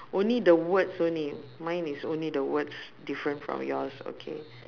only the words only mine is only the words different from yours okay